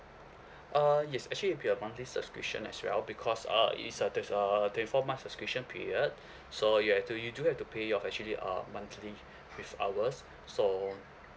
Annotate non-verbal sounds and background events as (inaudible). (breath) uh yes actually it will be a monthly subscription as well because uh it is a there's a twenty four months subscription period (breath) so you had to you do have to pay your actually uh monthly (breath) with ours so